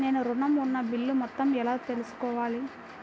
నేను ఋణం ఉన్న బిల్లు మొత్తం ఎలా తెలుసుకోవాలి?